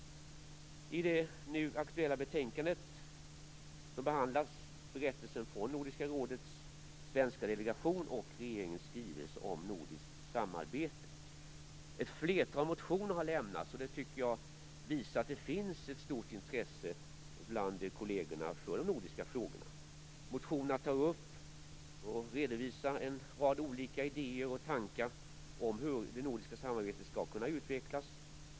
I det nu aktuella betänkandet behandlas berättelsen från Nordiska rådets svenska delegation och regeringens skrivelse om nordiskt samarbete. Ett flertal motioner har lämnats. Det tycker jag visar att det finns ett stort intresse bland kollegerna för de nordiska frågorna. I motionerna tas upp och redovisas en rad olika idéer och tankar om hur det nordiska samarbetet skall kunna utvecklas.